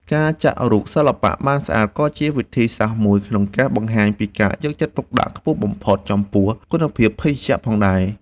ការចាក់រូបសិល្បៈបានស្អាត ក៏ជាវិធីសាស្ត្រមួយក្នុងការបង្ហាញពីការយកចិត្តទុកដាក់ខ្ពស់បំផុតចំពោះគុណភាពភេសជ្ជៈផងដែរ។